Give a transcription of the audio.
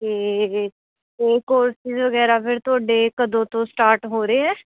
ਅਤੇ ਇਹ ਕੋਰਸਿਸ ਵਗੈਰਾ ਫਿਰ ਤੁਹਾਡੇ ਕਦੋਂ ਤੋਂ ਸਟਾਰਟ ਹੋ ਰਹੇ ਹੈ